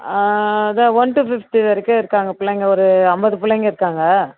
அதான் one two fifth வரைக்கும் இருக்காங்க பிள்ளைங்கள் ஒரு ஐம்பது பிள்ளைங்கள் இருக்காங்க